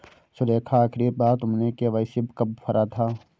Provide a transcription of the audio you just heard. सुलेखा, आखिरी बार तुमने के.वाई.सी कब भरा था?